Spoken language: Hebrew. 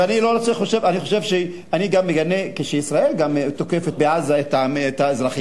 אני חושב שאני מגנה גם כשישראל תוקפת בעזה את האזרחים.